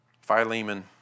Philemon